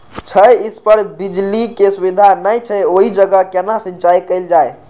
छै इस पर बिजली के सुविधा नहिं छै ओहि जगह केना सिंचाई कायल जाय?